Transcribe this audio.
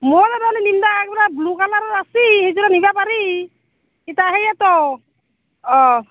মোৰ আৰু নীলা এযোৰা ব্লু কালাৰৰ আছিল সেইযোৰা নিবা পাৰি এটা সেয়েতো অঁ